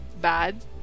bad